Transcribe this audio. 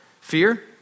Fear